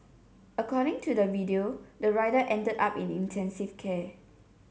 according to the video the rider ended up in intensive care